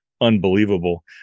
unbelievable